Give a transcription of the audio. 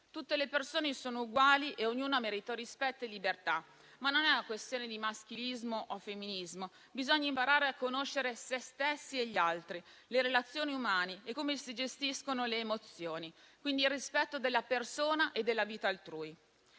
Tutte le persone sono uguali e ognuna merita rispetto e libertà, ma non è una questione di maschilismo o femminismo. Bisogna imparare a conoscere sé stessi e gli altri, le relazioni umane, come si gestiscono le emozioni e quindi il rispetto della persona e della vita altrui.